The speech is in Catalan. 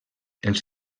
els